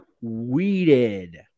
weeded